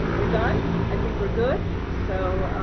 we're done. i think we're good. so